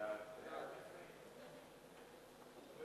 חוק